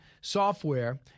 software